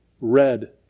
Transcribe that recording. red